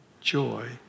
joy